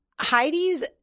Heidi's